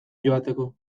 joateko